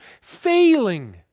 failing